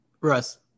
Russ